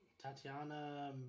Tatiana